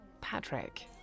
Patrick